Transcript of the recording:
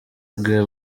bwiwe